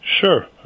Sure